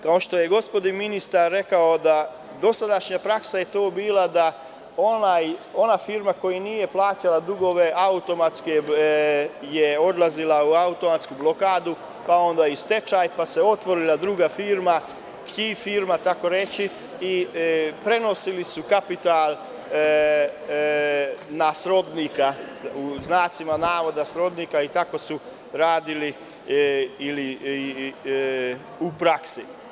Kao što je gospodin ministar rekao da dosadašnja praksa je bila to da ona firma koja nije plaćala dugove, automatski je odlazila u automatsku blokadu, pa onda i stečaj, pa se otvorila druga firma, „Ki firma“ takoreći, prenosili su kapital na „srodnika“ i tako su radili u praksi.